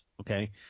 Okay